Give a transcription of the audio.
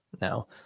now